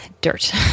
dirt